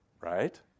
Right